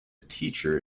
teacher